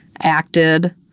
acted